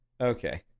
Okay